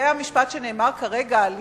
לגבי המשפט שנאמר כרגע,